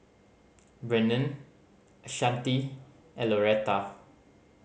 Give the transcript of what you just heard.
Brennen Ashanti and Loretta